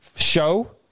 show